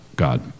God